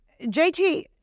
JT